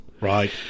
Right